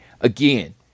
Again